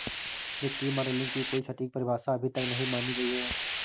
वित्तीय मॉडलिंग की कोई सटीक परिभाषा अभी तक नहीं मानी गयी है